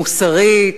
מוסרית,